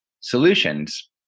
solutions